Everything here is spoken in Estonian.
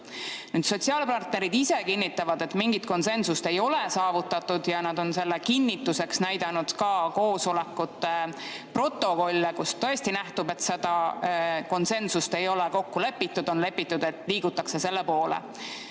Sotsiaalpartnerid ise kinnitavad, et mingit konsensust ei ole saavutatud, ja nad on selle kinnituseks näidanud ka koosolekute protokolle, kust tõesti nähtub, et seda konsensust ei ole kokku lepitud. On kokku lepitud, et liigutakse selle poole.